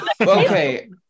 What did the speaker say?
Okay